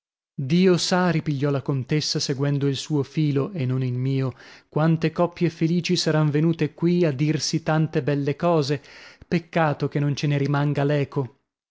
dio sa ripigliò la contessa seguendo il suo filo e non il mio quante coppie felici saran venute qui a dirsi tante belle cose peccato che non ce ne rimanga